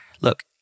Look